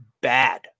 bad